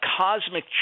cosmic